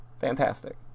Fantastic